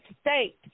state